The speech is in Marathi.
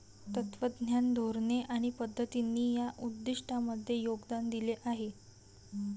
तत्त्वज्ञान, धोरणे आणि पद्धतींनी या उद्दिष्टांमध्ये योगदान दिले आहे